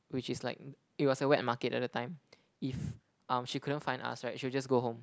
which is like it was a wet market at the time if um she couldn't find us right she'll just go home